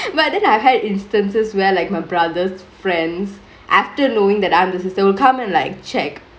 but then I had instances where like my brother's friends after knowingk that I'm the sister will come and like check